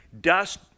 dust